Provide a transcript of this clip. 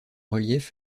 relief